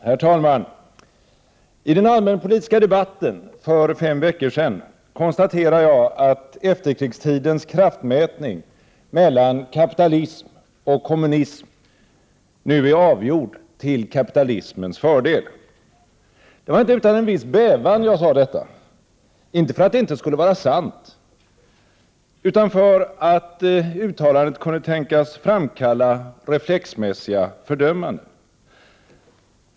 Herr talman! I den allmänpolitiska debatten för fem veckor sedan konstaterade jag att efterkrigstidens kraftmätning mellan kapitalism och kommunism nu är avgjord till kapitalismens fördel. Det var inte utan en viss bävan jag sade detta — inte därför att det inte skulle vara sant, utan därför att uttalandet kunde tänkas framkalla reflexmässiga fördömanden.